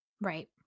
Right